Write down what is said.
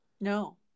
No